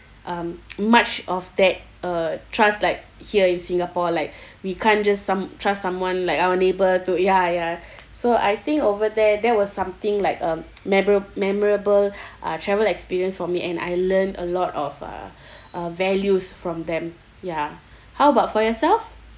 um much of that uh trust like here in singapore like we can't just some trust someone like our neighbour to ya ya so I think over there that was something like uh mebora~ memorable uh travel experience for me and I learned a lot of uh uh values from them ya how about for yourself